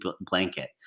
blanket